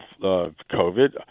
COVID